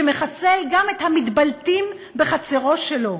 שמחסל גם את המתבלטים בחצרו שלו,